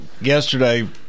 yesterday